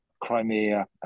Crimea